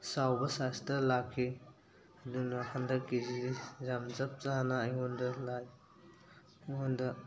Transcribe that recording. ꯆꯥꯎꯕ ꯁꯥꯏꯖꯇ ꯂꯥꯛꯈꯤ ꯑꯗꯨꯅ ꯍꯟꯗꯛꯀꯤꯁꯤꯗꯤ ꯌꯥꯝ ꯆꯞ ꯆꯥꯅ ꯑꯩꯉꯣꯟꯗ ꯑꯩꯉꯣꯟꯗ